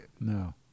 No